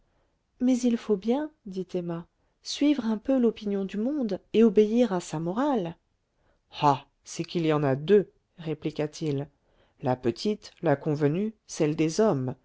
mais il faut bien dit emma suivre un peu l'opinion du monde et obéir à sa morale ah c'est qu'il y en a deux répliqua-t-il la petite la convenue celle des hommes